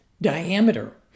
diameter